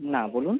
না বলুন